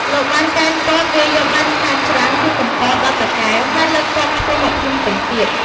លោកបានកេណ្ឌទ័ពវាយយកបានខេត្តច្រាំង គឺកំពត ដល់ តាកែវ ហើយលើកទ័ពឆ្ពោះមកភ្នំពេញទៀត។